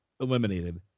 eliminated